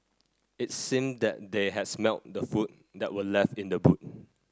it seemed that they had smelt the food that were left in the boot